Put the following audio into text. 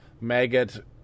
Maggot